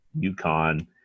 UConn